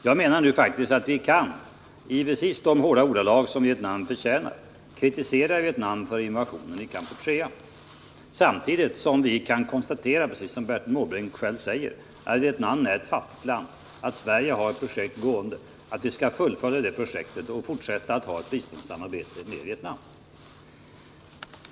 Jag menar faktiskt att vi kan, i precis de hårda ordalag som Vietnam förtjänar, kritisera Vietnam för invasionen i Kampuchea samtidigt som vi kan konstatera — precis som Bertil Måbrink själv säger — att Vietnam är ett fattigt land och att vi skall fullfölja ett biståndssamarbete med Vietnam.